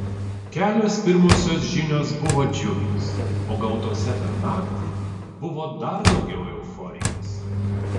kelios pirmosios žinios buvo džiugios o gautose per naktį buvo dar daugiau euforijos